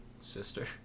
Sister